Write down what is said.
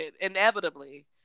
inevitably